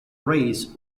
rays